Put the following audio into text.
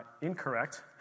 incorrect